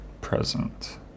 present